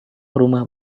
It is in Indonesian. rumah